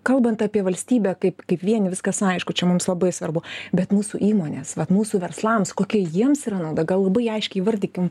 kalbant apie valstybę kaip kaip vien viskas aišku čia mums labai svarbu bet mūsų įmonės vat mūsų verslams kokia jiems yra nauda gal labai aiškiai įvardykim